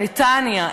נתניה,